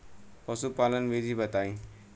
पशुपालन विधि बताई?